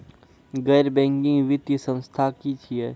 गैर बैंकिंग वित्तीय संस्था की छियै?